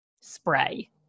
spray